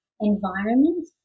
environment